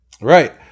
Right